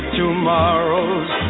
tomorrows